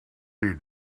need